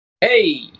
Hey